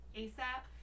asap